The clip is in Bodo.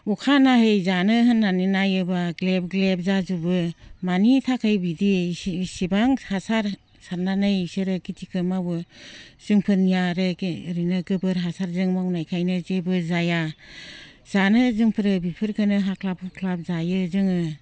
अखानायै जानो होननानै नायोबा ग्लेब ग्लेब जाजुबो मानि थाखाय बिदि एसेबां हासार सारनानै बिसोरो खेतिखौ मावो जोंफोरनिया आरो ओरैनो गोबोर हासारजों मावनायखायनो जेबो जाया जानो जोंफोर बेफोरखौनो हाख्लाब हुख्लाब जायो जोङो